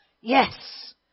Yes